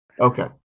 Okay